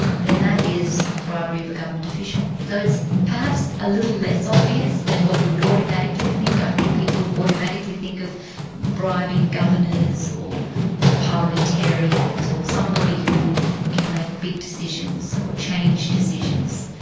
then that is bribery of a government official. so it's perhaps a little less obvious than what you would automatically think. i think people automatically think of bribing governors or parliamentarians or somebody who can make big decisions so or change decisions.